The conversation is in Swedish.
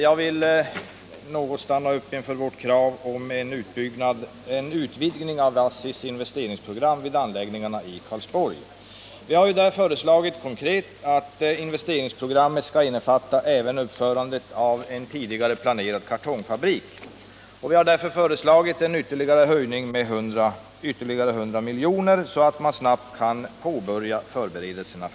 Jag vill något stanna upp inför vårt krav på en utvidgning av ASSI:s investeringsprogram för anläggningarna i Karlsborg. Vi föreslår konkret att investeringsprogrammet skall innefatta även uppförande av en tidigare planerad kartongfabrik. Vi begär en höjning av anslaget med ytterligare 100 milj.kr., så att man snabbt kan påbörja förberedelserna.